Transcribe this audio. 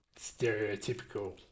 stereotypical